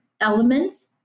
elements